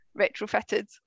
retrofitted